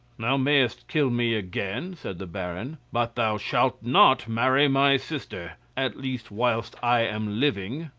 thou mayest kill me again, said the baron, but thou shalt not marry my sister, at least whilst i am living.